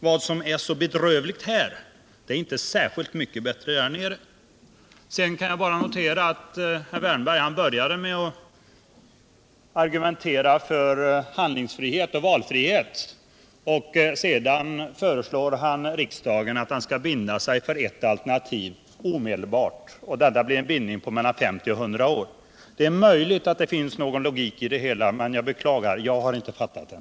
Vad som är så bedrövligt här är alltså inte särskilt mycket bättre i återflyttningsalternativet. Sedan kan jag bara notera att herr Wärnberg började med att argumentera för handlingsfrihet och valfrihet men sedan föreslår att riksdagen omedelbart skall bestämma sig för ett alternativ, som innebär en låsning på mellan 50 och Riksdagens lokalfrågor på längre Sikt Riksdagens lokalfrågor på längre Sikt 100 år. Det är möjligt att det finns någon logik i det men —jag beklagar —jag har inte fattat den.